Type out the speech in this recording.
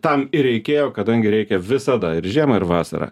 tam ir reikėjo kadangi reikia visada ir žiemą ir vasarą